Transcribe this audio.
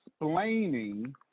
explaining